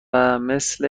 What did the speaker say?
مثل